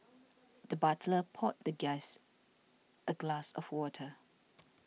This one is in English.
the butler poured the guest a glass of water